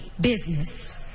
business